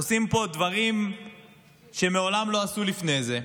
עושים פה דברים שמעולם לא עשו לפני זה,